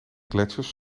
gletsjers